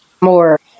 more